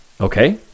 Okay